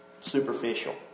superficial